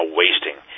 wasting